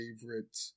favorite